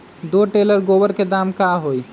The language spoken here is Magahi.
दो टेलर गोबर के दाम का होई?